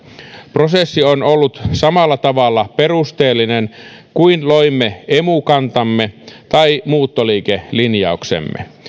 prosessi on ollut samalla tavalla perusteellinen kuin loimme emu kantamme tai muuttoliikelinjauksemme